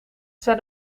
zei